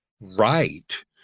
right